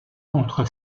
contre